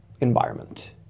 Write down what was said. environment